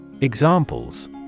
Examples